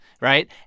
Right